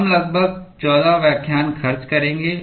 हम लगभग 14 व्याख्यान खर्च करेंगे